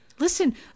Listen